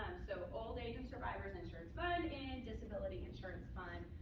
so old age and survivors' insurance fund and disability insurance fund.